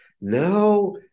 now